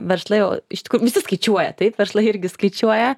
verslai o iš tikro visi skaičiuoja taip verslai irgi skaičiuoja